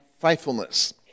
faithfulness